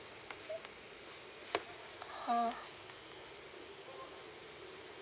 orh